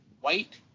white